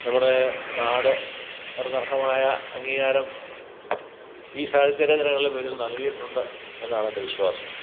നമ്മുടെ നാട് അവർക്കർഹമായ അംഗീകാരം ഈ സാഹിത്യ രചനകളുടെ പേരിൽ നൽകിയിട്ടുണ്ട് എന്നാണെൻ്റെ വിശ്വാസം